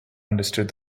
understood